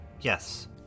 Yes